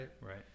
Right